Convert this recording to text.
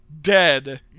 dead